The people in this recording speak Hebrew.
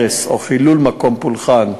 הרס או חילול מקום פולחן,